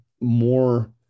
more